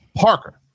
Parker